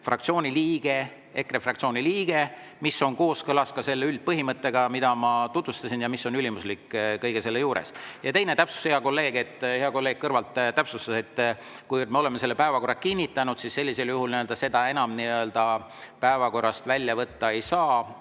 kannab ette EKRE fraktsiooni liige. See on kooskõlas selle üldpõhimõttega, mida ma tutvustasin ja mis on ülimuslik kõige selle suhtes. Ja teine täpsustus, hea kolleeg. Hea kolleeg kõrvalt täpsustas, et kui me oleme päevakorra kinnitanud, siis sellisel juhul seda enam päevakorrast välja võtta ei saa.